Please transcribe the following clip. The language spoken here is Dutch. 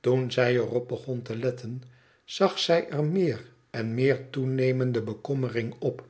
toen zij er op beon te letten zag zij er meer en meer toenemende bekommering op